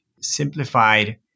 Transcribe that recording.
simplified